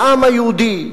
לעם היהודי,